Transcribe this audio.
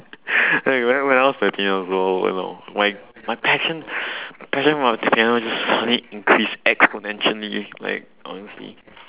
like back when I was thirteen years old you know my my passion my passion for the piano just suddenly increase exponentially like honestly